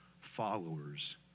followers